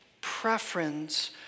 preference